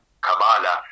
Kabbalah